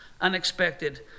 unexpected